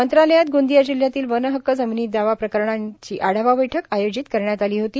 मंत्रालयात गोंदिया जिल्ह्यातील वन हक्क जमिनी दावा प्रकरणांची आढावा बैठक आयोजित करण्यात आली होती